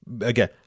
again